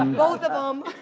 um both of them.